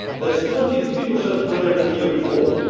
that's twenty three percent higher than the year before.